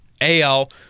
AL